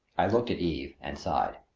i looked at eve and sighed.